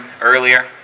earlier